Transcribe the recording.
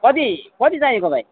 कति कति चाहिएको भाइ